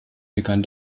begann